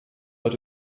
hat